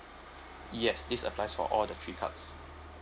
yes this applies for all the three cards